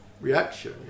reaction